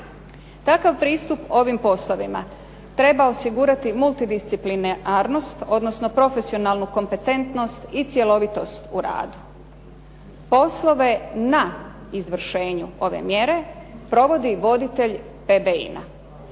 Takav pristup ovom poslovima treba osigurati multidisciplinarnost, odnosno profesionalnu kompetentnost i cjelovitost u radu. Poslove na izvršenju ove mjere provodi voditelj PBIN-a.